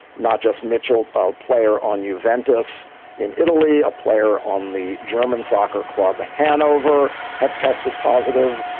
not just mitchell, our player on you vent us in italy. a player on the german soccer club hanover have tested positive.